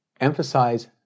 emphasize